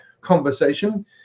conversation